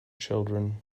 children